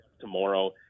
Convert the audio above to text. tomorrow